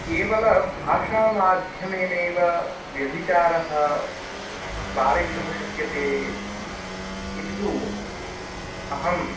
केवलभाषामाध्यमेनैव व्यभिचारः वारयितुं शक्यते इति तु अहं